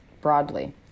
broadly